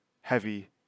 heavy